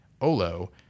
Olo